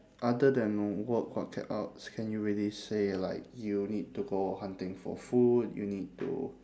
other than work what c~ else can you really say like you need to go hunting for food you need to